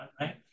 right